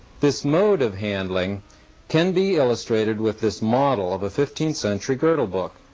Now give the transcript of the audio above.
this mode of handling can be illustrated with this model of a fifteenth century girdle book.